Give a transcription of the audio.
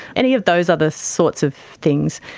any of those other sorts of things,